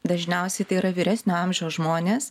dažniausiai tai yra vyresnio amžiaus žmonės